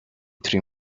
threw